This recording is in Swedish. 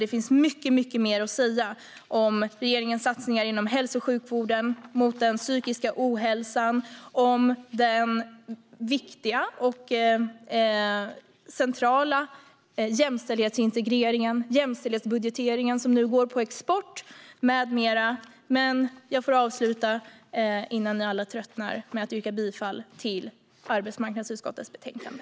Det finns mycket mer att säga om regeringens satsningar inom hälso och sjukvården och mot den psykiska ohälsan, om den viktiga och centrala jämställdhetsintegreringen, om jämställdhetsbudgeteringen som nu går på export med mera, men innan ni alla tröttnar får jag avsluta genom att yrka bifall till förslaget i arbetsmarknadsutskottets betänkande.